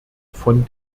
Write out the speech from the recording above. von